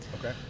okay